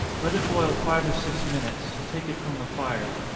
let it boil five or six minutes take it from the fire.